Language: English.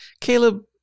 Caleb